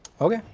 Okay